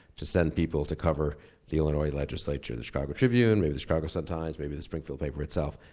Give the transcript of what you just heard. to send people to cover the illinois legislature. the chicago tribune, and maybe the chicago sun times, maybe the springfield paper itself.